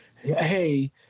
hey